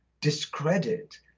discredit